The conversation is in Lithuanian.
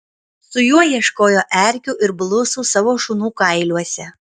su juo ieškojo erkių ir blusų savo šunų kailiuose